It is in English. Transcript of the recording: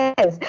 Yes